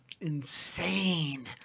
insane